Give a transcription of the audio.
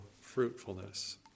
fruitfulness